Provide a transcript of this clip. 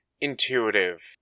intuitive